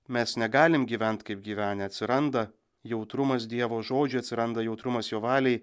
mes negalim gyvent kaip gyvenę atsiranda jautrumas dievo žodžiui atsiranda jautrumas jo valiai